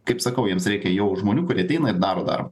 kaip sakau jiems reikia jau žmonių kurie ateina ir daro darbą